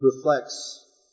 reflects